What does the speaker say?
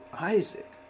Isaac